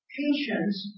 patience